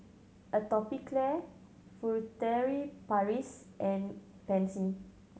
Atopiclair Furtere Paris and Pansy